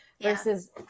versus